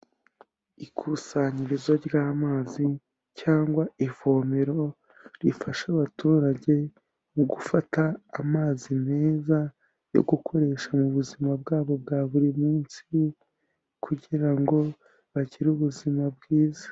Ikusanyirizo ry'amazi cyangwa ivomero, rifasha abaturage mu gufata amazi meza yo gukoresha mu buzima bwabo bwa buri munsi, kugira ngo bagire ubuzima bwiza.